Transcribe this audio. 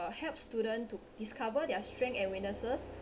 uh help students to discover their strength and weaknesses